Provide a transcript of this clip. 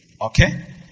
Okay